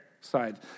side